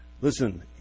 Listen